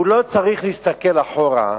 הוא לא צריך להסתכל אחורה,